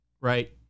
Right